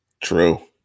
True